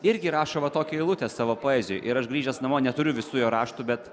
irgi rašo vat tokią eilutę savo poezijoj ir aš grįžęs namo neturiu visų jo raštų bet